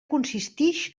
consistix